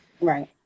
Right